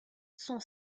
son